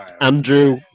Andrew